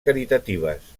caritatives